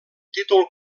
títol